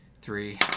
three